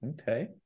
Okay